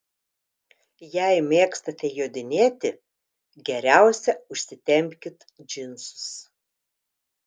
jei mėgstate jodinėti geriausia užsitempkit džinsus